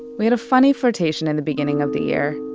we had a funny flirtation in the beginning of the year.